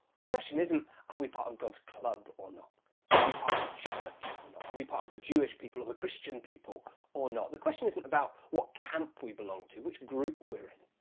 the question isn't, are we part of god's club or not are we part of a church or not, are we part of the jewish of a christian people or not? the question isn't about what camp we belong to, which group we're in.